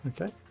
Okay